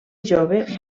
jove